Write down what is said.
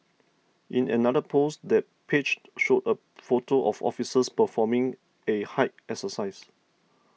in another post the page showed a photo of officers performing a height exercise